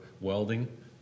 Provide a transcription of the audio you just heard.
welding